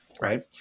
right